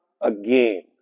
again